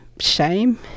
Shame